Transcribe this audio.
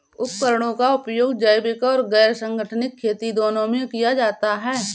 उपकरणों का उपयोग जैविक और गैर संगठनिक खेती दोनों में किया जाता है